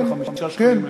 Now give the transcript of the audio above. ב-5 שקלים לשעה?